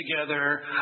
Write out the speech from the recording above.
together